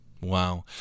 Wow